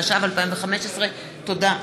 התשע"ו 2015. תודה.